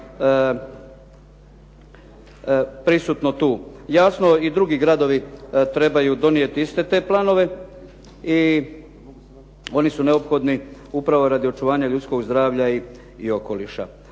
prisutno tu. Jasno i drugi gradovi trebaju donijeti iste te planove i oni su neophodni upravo radi očuvanja ljudskog zdravlja i okoliša.